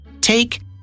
Take